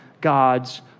God's